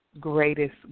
greatest